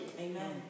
Amen